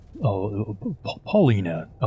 Paulina